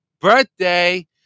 birthday